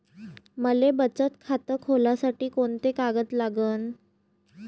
मले बचत खातं खोलासाठी कोंते कागद लागन?